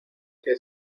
que